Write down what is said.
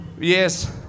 Yes